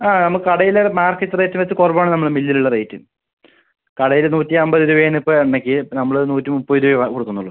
ആ നമ്മള് കടയില് മാർക്കറ്റ് റേറ്റ് വെച്ച് കുറവ് ആണ് നമ്മള് മില്ലിൽ ഉള്ള റേറ്റ് കടയില് നൂറ്റി അമ്പത് രൂപ ആണ് ഇപ്പം എണ്ണയ്ക്ക് നമ്മള് നൂറ്റി മുപ്പത് രൂപ കൊടുക്കുന്നുള്ളൂ